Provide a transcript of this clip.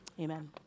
Amen